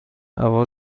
هوا